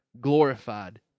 glorified